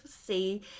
see